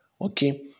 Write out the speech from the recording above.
Okay